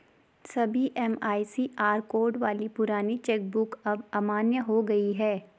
सभी MICR code वाली पुरानी चेक बुक अब अमान्य हो गयी है